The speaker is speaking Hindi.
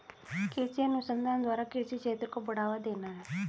कृषि अनुसंधान द्वारा कृषि क्षेत्र को बढ़ावा देना है